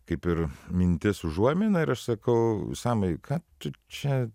kaip ir mintis užuomina ir aš sakau samai ką tu čia